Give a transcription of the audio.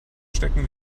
stecken